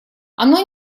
оно